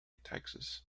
taxes